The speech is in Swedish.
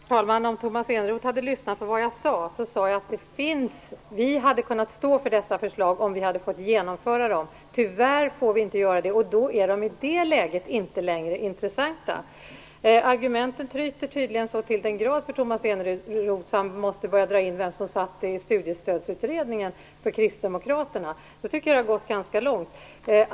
Herr talman! Om Tomas Eneroth hade lyssnat på vad jag sade hade han hört att jag sade att vi hade kunnat stå för dessa förslag om vi hade fått genomföra dem. Tyvärr får vi inte genomföra dem, och i det läget är de inte längre intressanta. Argumenten tryter tydligen så till den grad för Tomas Eneroth att han måste börja dra in vem som satt i Studiestödsutredningen för Kristdemokraterna. Då tycker jag att det har gått ganska långt.